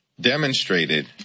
demonstrated